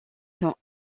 sont